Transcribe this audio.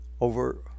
over